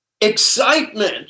excitement